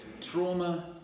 Trauma